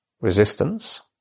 resistance